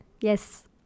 Yes